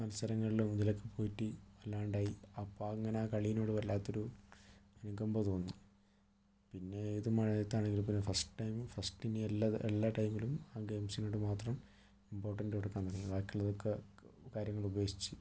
മത്സരങ്ങളിലും ഇതിലൊക്കെ പോയിട്ട് വല്ലാണ്ടായി അപ്പോൾ അങ്ങനെ ആ കളിയോട് വല്ലാത്തൊരു അനുകമ്പ തോന്നി പിന്നെ ഏത് മഴയത്ത് ആണെങ്കിലും ഫസ്റ്റ് ടൈം ഫസ്റ്റ് തന്നെ എല്ലാ എല്ലാ ടൈമിലും ആ ഗെയിംസിനോട് മാത്രം ഇമ്പോർട്ടന്റ് കൊടുക്കാൻ തുടങ്ങി ബാക്കിയുള്ളതൊക്കെ കാര്യങ്ങൾ ഉപേക്ഷിച്ചു